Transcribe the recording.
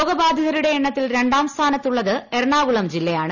രോഗബാധിതരുടെ എണ്ണത്തിൽ രണ്ടാം സ്ഥാനത്ത് ഉള്ളത് എറണാകുളം ജില്ലയാണ്